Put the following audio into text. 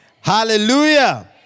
Hallelujah